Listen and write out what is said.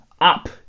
up